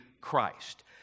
Christ